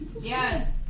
Yes